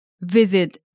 Visit